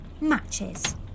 matches